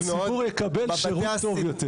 הציבור יקבל שירות טוב יותר.